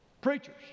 Preachers